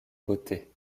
beauté